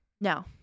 No